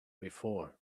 before